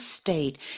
state